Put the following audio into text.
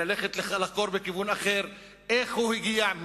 וללכת לחקור בכיוון אחר: איך הוא הגיע?